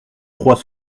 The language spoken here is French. trois